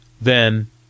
Then